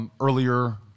earlier